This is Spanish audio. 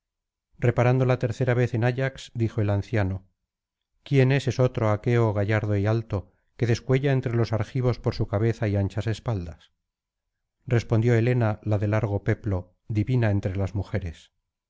reparando la tercera vez en ayax dijo el anciano quién es esotro aqueo gallardo y alto que descuella entre los argivos por su cabeza y anchas espaldas respondió helena la de largo peplo divina entre las mujeres